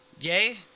yay